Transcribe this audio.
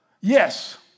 Yes